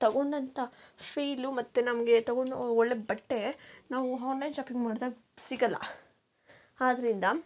ತೊಗೊಂಡಂಥ feel ಮತ್ತೆ ನಮಗೆ ತೊಗೊಂಡ ಒಳ್ಳೆ ಬಟ್ಟೆ ನಾವು ಹಾನ್ಲೈನ್ ಶಾಪಿಂಗ್ ಮಾಡ್ದಾಗ ಸಿಗೋಲ್ಲಾ ಆದ್ರಿಂದ